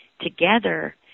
together